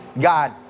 God